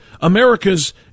America's